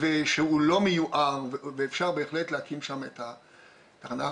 שלא מיוער ואפשר בהחלט להקים שם את התחנה.